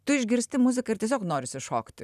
tu išgirsti muziką ir tiesiog norisi šokti